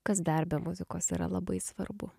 kas dar be muzikos yra labai svarbu